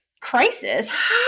crisis